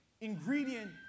ingredient